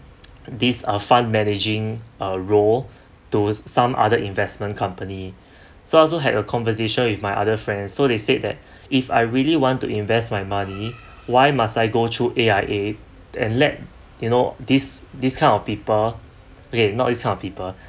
this uh fund managing uh role to some other investment company so I also had a conversation with my other friends so they said that if I really want to invest my money why must I go through A_I_A and let you know this this kind of people okay not this kind of people